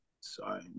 sorry